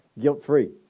guilt-free